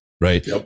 Right